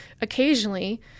occasionally